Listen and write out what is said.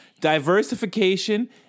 diversification